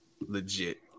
legit